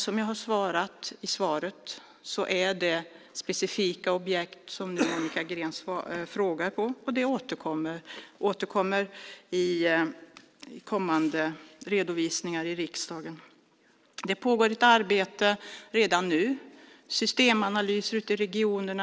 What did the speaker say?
Som jag har skrivit i svaret är det specifika objekt som Monica Green frågar om. De återkommer i kommande redovisningar i riksdagen. Det pågår ett arbete redan nu - systemanalyser ute i regionerna.